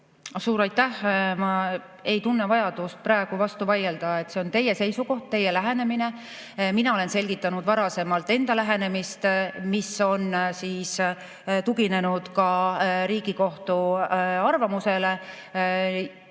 Suur aitäh! Ma ei tunne vajadust praegu vastu vaielda. See on teie seisukoht, teie lähenemine. Mina olen selgitanud juba varasemalt enda lähenemist, mis on tuginenud ka Riigikohtu arvamusele.